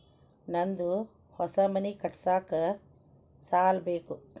ನಂದು ಹೊಸ ಮನಿ ಕಟ್ಸಾಕ್ ಸಾಲ ಬೇಕು